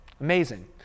Amazing